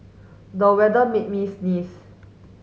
the weather made me sneeze